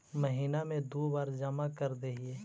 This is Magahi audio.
महिना मे दु बार जमा करदेहिय?